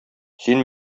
син